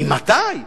ממתי?